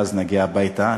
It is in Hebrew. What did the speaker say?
ואז נגיע הביתה,